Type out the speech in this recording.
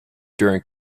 during